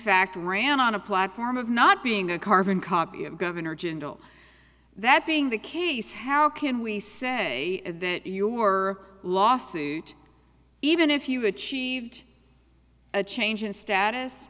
fact ran on a platform of not being a carbon copy of governor jindal that being the case how can we say that you were lawsuit even if you achieved a change in status